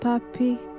Papi